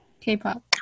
K-pop